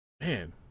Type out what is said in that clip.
man